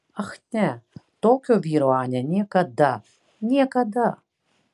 ach ne tokio vyro anė niekada niekada